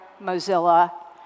Mozilla